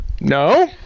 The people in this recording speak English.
no